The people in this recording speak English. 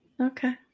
okay